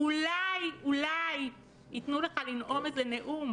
אולי יתנו לך לנאום איזה נאום.